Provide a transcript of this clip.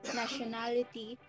nationality